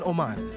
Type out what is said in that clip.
Oman